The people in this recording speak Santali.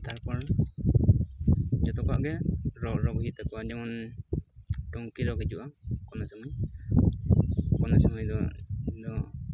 ᱛᱟᱨᱯᱚᱨ ᱡᱚᱛᱚ ᱠᱚᱣᱟᱜ ᱜᱮ ᱨᱚ ᱨᱳᱜᱽ ᱦᱩᱭᱩᱜ ᱛᱟᱠᱚᱣᱟ ᱡᱮᱢᱚᱱ ᱴᱩᱱᱠᱤ ᱨᱳᱜᱽ ᱦᱤᱡᱩᱜᱼᱟ ᱠᱚᱱᱚ ᱥᱩᱢᱟᱹᱭ ᱠᱚᱱᱚ ᱥᱩᱢᱟᱹᱭ ᱫᱚ